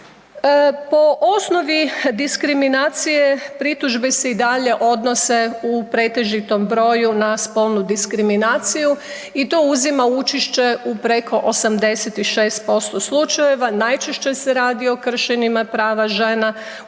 po osnovi diskriminacije pritužbe se i dalje odnose u pretežitom broju na spolnu diskriminaciju i to uzima učešće u preko 86% slučajeva, najčešće se radi o kršenjima prava žena u